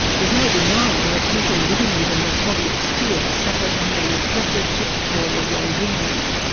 there's no denying that people living within the soviet sphere suffered under repressive, dictatorial regimes,